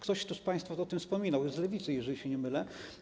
Ktoś z państwa o tym wspominał, z Lewicy, jeżeli się nie mylę.